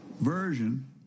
version